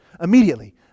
Immediately